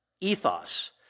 ethos